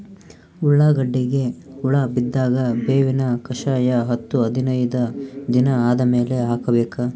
ಉಳ್ಳಾಗಡ್ಡಿಗೆ ಹುಳ ಬಿದ್ದಾಗ ಬೇವಿನ ಕಷಾಯ ಹತ್ತು ಹದಿನೈದ ದಿನ ಆದಮೇಲೆ ಹಾಕಬೇಕ?